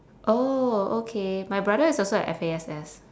oh okay my brother is also at F_A_S_S